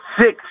six